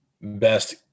best